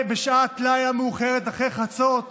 בשעת לילה מאוחרת אחרי חצות,